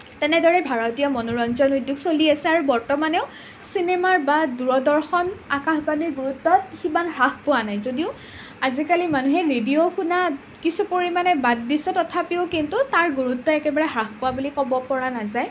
তেনেদৰে ভাৰতীয় মনোৰঞ্জন উদ্যোগ চলি আছে আৰু বৰ্তমানেও চিনেমা বা দূৰদৰ্শন আকাশবাণীৰ গুৰুত্ব সিমান হ্ৰাস পোৱা নাই যদিও আজিকালি মানুহে ৰেডিঅ' শুনা কিছু পৰিমাণে বাদ দিছে তথাপিও কিন্তু তাৰ গুৰুত্ব হ্ৰাস পোৱা বুলি ক'ব পৰা নাযায়